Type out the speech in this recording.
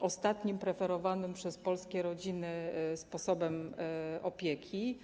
ostatnim preferowanym przez polskie rodziny sposobem opieki.